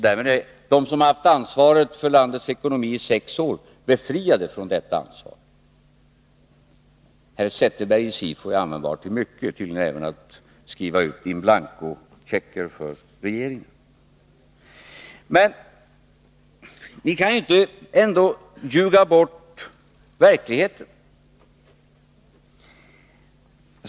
Därmed är de som haft ansvaret för landets ekonomi i sex år befriade från detta ansvar. Herr Zetterberg i SIFO är användbar till mycket, tydligen också till att skriva ut in blanko-checkar för regeringen. Men ni kan ändå inte ljuga bort verkligheten.